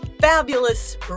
fabulous